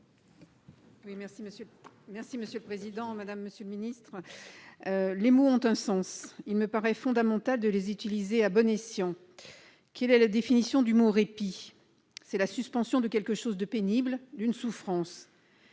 : La parole est à Mme Catherine Di Folco. Les mots ont un sens. Il me paraît fondamental de les utiliser à bon escient. Quelle est la définition du mot « répit »? C'est la suspension de quelque chose de pénible, d'une souffrance.